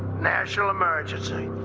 national emergency.